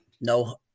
No